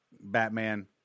Batman